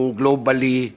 globally